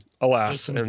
alas